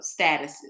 statuses